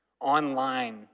online